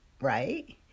right